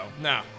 No